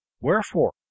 Wherefore